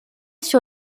sur